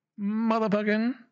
Motherfucking